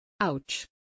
ouch